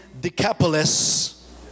Decapolis